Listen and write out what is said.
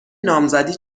نامزدی